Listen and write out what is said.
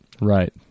right